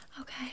okay